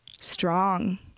strong